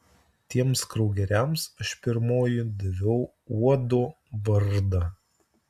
tiems kraugeriams aš pirmoji daviau uodo vardą